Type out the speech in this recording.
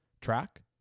Track